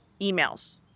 emails